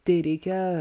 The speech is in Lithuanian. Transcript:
tai reikia